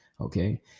okay